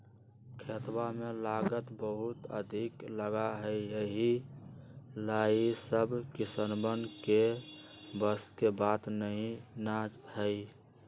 खेतवा में लागत बहुत अधिक लगा हई यही ला ई सब किसनवन के बस के बात ना हई